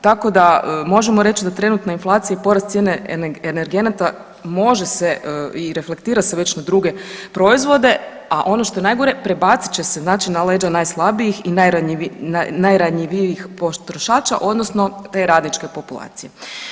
Tako da možemo reć da trenutna inflacija i porast cijene energenata može se i reflektira se već na druge proizvode, a ono što je najgore prebacit će se znači na leđa najslabijih i najranjivijih potrošača odnosno te radničke populacije.